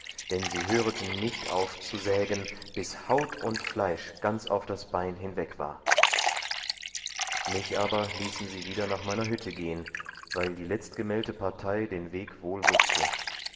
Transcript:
dann sie höreten nicht auf zu sägen bis haut und fleisch ganz auf das bein hinweg war mich aber ließen sie wieder nach meiner hütte gehen weil die letztgemeldte partei den weg wohl wußte